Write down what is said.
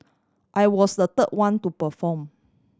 I was the third one to perform